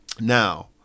Now